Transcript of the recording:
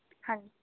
ਹਾਂਜੀ